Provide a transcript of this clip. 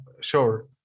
sure